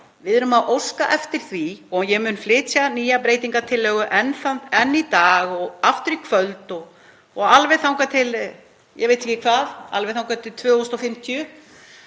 Við erum að óska eftir því og ég mun flytja nýja breytingartillögu enn í dag og aftur í kvöld og alveg þangað til ég veit ekki hvað, alveg þangað til 2050,